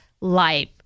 life